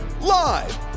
Live